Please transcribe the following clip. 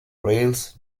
rails